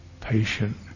patient